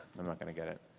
i'm not gonna get it.